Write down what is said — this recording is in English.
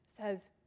says